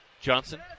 Johnson